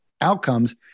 outcomes